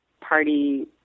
party